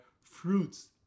fruits